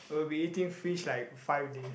we will be eating fish like five days